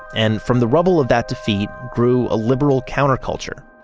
and from the rubble of that defeat grew a liberal counterculture